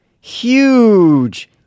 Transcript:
Huge